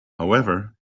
however